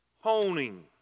honing